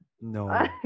No